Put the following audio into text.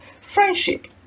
friendship